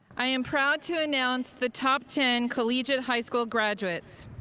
i am proud to announce the top ten collegiate high school graduates.